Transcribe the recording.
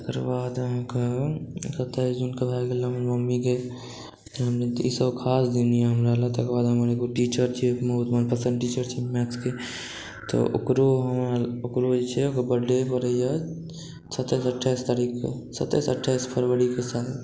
तकर बाद अहाँके सत्ताइस जूनक भए गेल हमर मम्मीके ईसभ ख़ास दिन अछि हमरा लए हमर एगो टीचर छै हमर एगो मनपसंद टीचर छै मैथ्सके तऽ ओकरो जे छै बर्थडे परै यऽ सत्ताइस अट्ठाइस तारीख़के सत्ताइस अट्ठाइस फ़रबरीके शायद